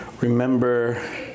remember